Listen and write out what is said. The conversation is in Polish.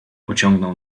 pociągnął